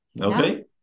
Okay